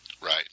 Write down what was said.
Right